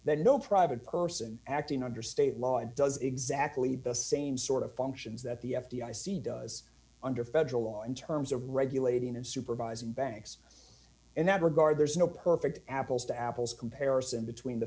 that no private person acting under state law does exactly the same sort of functions that the f d i c does under federal law in terms of regulating and supervising banks in that regard there's no perfect apples to apples comparison between the